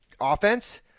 offense